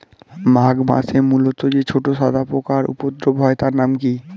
মাঘ মাসে মূলোতে যে ছোট সাদা পোকার উপদ্রব হয় তার নাম কি?